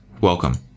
welcome